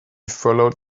followed